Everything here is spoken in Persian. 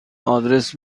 آدرس